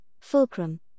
fulcrum